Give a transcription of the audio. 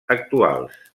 actuals